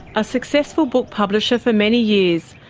a successful book publisher for many years,